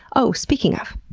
oh, speaking of!